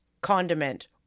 condiment